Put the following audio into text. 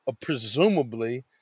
presumably